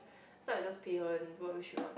so I just 陪 her and do what she want